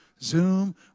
Zoom